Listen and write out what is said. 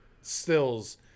stills